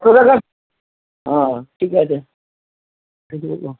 কত টাকা ও ঠিক আছে কেটে গেল